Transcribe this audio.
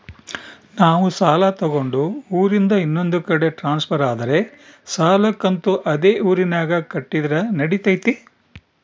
ನಾವು ಸಾಲ ತಗೊಂಡು ಊರಿಂದ ಇನ್ನೊಂದು ಕಡೆ ಟ್ರಾನ್ಸ್ಫರ್ ಆದರೆ ಸಾಲ ಕಂತು ಅದೇ ಊರಿನಾಗ ಕಟ್ಟಿದ್ರ ನಡಿತೈತಿ?